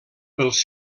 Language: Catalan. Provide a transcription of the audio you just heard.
pels